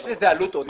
יש לזה עלות עודפת.